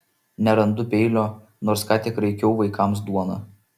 nerandu peilio nors ką tik raikiau vaikams duoną